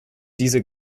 diese